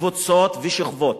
וקבוצות ושכבות.